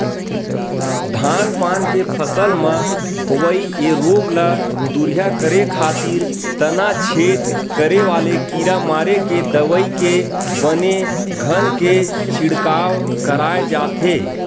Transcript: धान पान के फसल म होवई ये रोग ल दूरिहा करे खातिर तनाछेद करे वाले कीरा मारे के दवई के बने घन के छिड़काव कराय जाथे